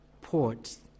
ports